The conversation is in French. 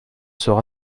sera